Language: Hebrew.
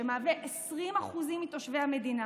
שמהווה 20% מתושבי המדינה,